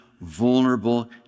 vulnerable